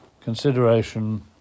consideration